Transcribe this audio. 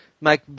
make